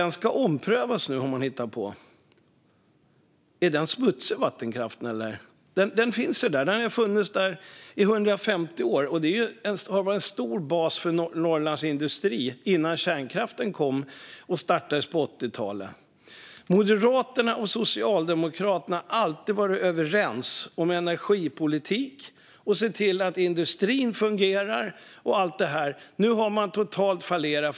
Nu har man hittat på att den ska omprövas. Är vattenkraften smutsig? Den finns ju där. Den har funnits där i 150 år och var en stor bas för hela Norrlands industri innan kärnkraften startades på 80-talet. Moderaterna och Socialdemokraterna har alltid varit överens om energipolitik och sett till att industrin fungerar. Nu har det totalt fallerat.